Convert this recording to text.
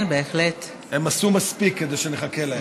הם עשו מספיק כדי שנחכה להם.